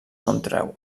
contreu